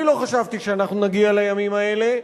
אני לא חשבתי שאנחנו נגיע לימים האלה,